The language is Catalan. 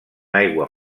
aigua